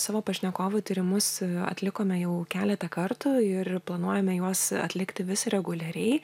savo pašnekovų tyrimus atlikome jau keletą kartų ir planuojame juos atlikti vis reguliariai